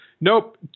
Nope